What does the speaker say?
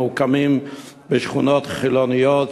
הממוקמים בשכונות חילוניות,